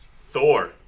Thor